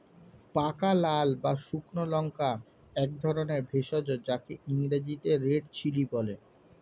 পাকা লাল বা শুকনো লঙ্কা একধরনের ভেষজ যাকে ইংরেজিতে রেড চিলি বলে